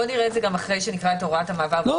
בוא נראה את זה גם אחרי שנקרא את הוראת המעבר.